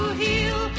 heal